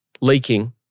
leaking